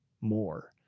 more